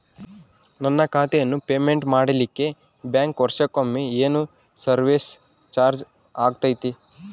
ನನ್ನ ಖಾತೆಯನ್ನು ಮೆಂಟೇನ್ ಮಾಡಿಲಿಕ್ಕೆ ಬ್ಯಾಂಕ್ ವರ್ಷಕೊಮ್ಮೆ ಏನು ಸರ್ವೇಸ್ ಚಾರ್ಜು ಹಾಕತೈತಿ?